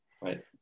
Right